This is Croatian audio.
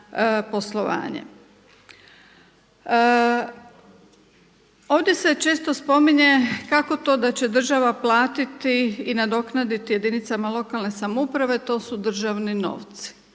Ovdje se često spominje kako to da će država platiti i nadoknaditi jedinicama lokalne samouprave to su državni novci.